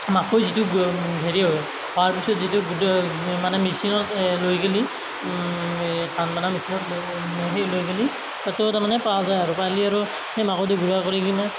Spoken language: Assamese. মাকৈ যিটো হেৰি হয় হোৱাৰ পিছত যিটো গুদা মানে মেচিনত লৈ গ'লে এই ধান বনা মেচিনত লৈ সেই লৈ গ'লে তাতোও তাৰমানে পোৱা যায় আৰু পালে আৰু সেই মাকৈটো গুড়া কৰি কিনে